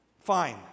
Fine